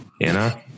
Anna